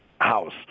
house